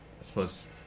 Supposed